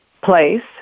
place